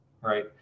right